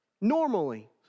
normally